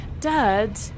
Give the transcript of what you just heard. Dad